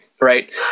right